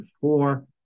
four